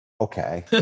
Okay